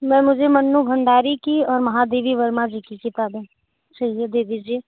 मैं मुझे मन्नू भंडारी की और महादेवी वर्मा जी की किताबें चाहिए दे दीजिए